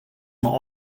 mei